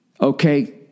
okay